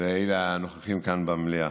ואלה הנוכחים כאן במליאה,